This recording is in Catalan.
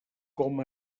com